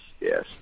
yes